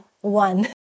one